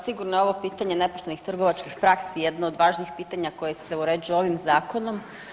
Sigurno je ovo pitanje nepoštenih trgovačkih praksi jedno od važnijih pitanja koja se uređuju ovim zakonom.